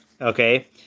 Okay